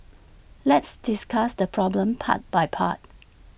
let's discuss the problem part by part